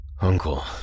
Uncle